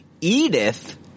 Edith